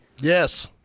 yes